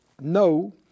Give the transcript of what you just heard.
no